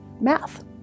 math